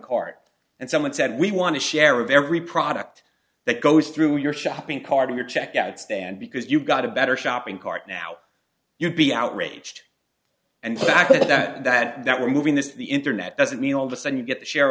cart and someone said we want to share of every product that goes through your shopping cart or your checkout stand because you've got a better shopping cart now you'll be outraged and fact that we're moving this the internet doesn't mean all of a sudden you get a share